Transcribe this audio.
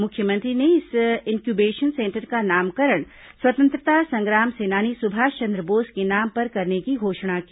मुख्यमंत्री ने इस इन्क्यूबेशन सेंटर का नामकरण स्वतंत्रता संग्राम सेनानी सुभाषचंद्र बोस के नाम पर करने की घोषणा की